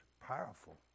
powerful